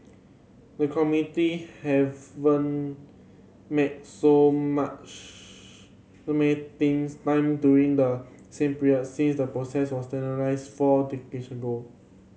the committee haven't met so much to met things time during the same period since the process was standardised four decades ago